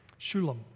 Shulam